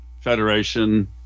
Federation